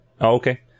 Okay